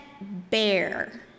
bear